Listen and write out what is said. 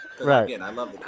Right